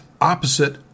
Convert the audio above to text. opposite